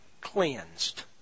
cleansed